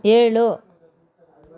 ಏಳು